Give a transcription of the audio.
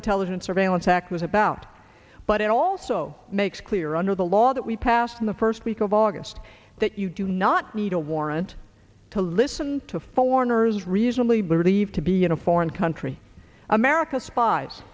intelligence surveillance act was about but it also makes clear under the law that we passed in the first week of august that you do not need a warrant to listen to foreigners reasonably believed to be in a foreign country america spies